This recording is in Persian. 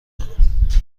کنم